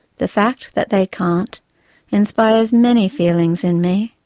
the fact that they can't inspires many feelings in me.